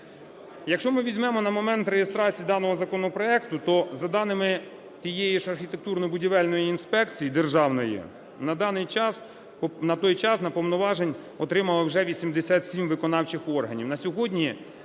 Якщо ми візьмемо на момент реєстрації даного законопроекту, то за даними тієї ж архітектурно-будівельної інспекції державної на даний час… на той час на повноваження отримало вже 87 виконавчих органів.